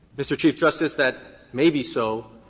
mr. chief justice, that may be so,